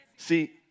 See